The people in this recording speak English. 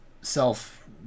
self